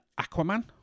Aquaman